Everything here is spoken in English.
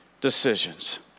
decisions